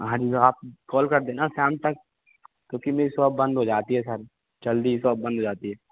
हाँ जी तो आप कॉल कर देना शाम तक क्योंकि मेरी शॉप बंद हो जाती है सर जल्दी ही शॉप बंद हो जाती है